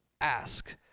Ask